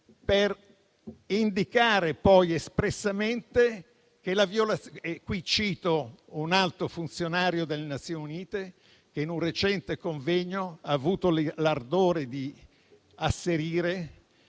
per indicare poi espressamente che - e qui cito un alto funzionario delle Nazioni Unite, che in un recente convegno ha avuto l'ardire di asserirlo